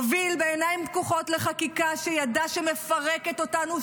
הוביל בעיניים פקוחות לחקיקה שידע שמפרקת אותנו.